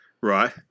Right